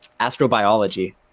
astrobiology